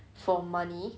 for money